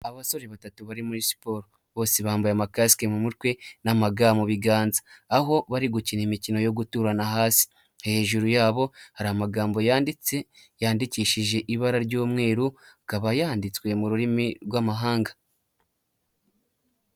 Abasore batatu bari muri siporo, bose bambaye amakasike mu mutwe, n'ama ga mu biganza, aho bari gukina imikino yo guturana hasi, hejuru yabo hari amagambo yanditse yandikishije ibara ry'mweru, akaba yanditswe mu rurimi rw'amahanga.